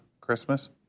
Christmas